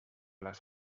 les